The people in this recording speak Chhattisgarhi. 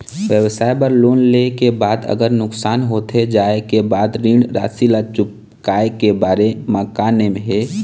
व्यवसाय बर लोन ले के बाद अगर नुकसान होथे जाय के बाद ऋण राशि ला चुकाए के बारे म का नेम हे?